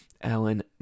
Alan